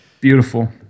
Beautiful